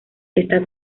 esta